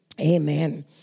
Amen